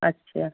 اچھا